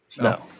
No